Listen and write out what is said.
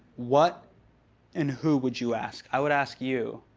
what and who would you ask? i would ask you.